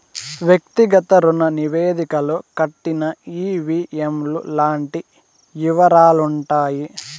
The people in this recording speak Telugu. వ్యక్తిగత రుణ నివేదికలో కట్టిన ఈ.వీ.ఎం లు లాంటి యివరాలుంటాయి